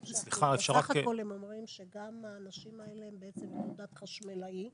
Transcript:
בסך הכל הם אומרים שגם האנשים האלה הם בעצם עם תעודת חשמלאי,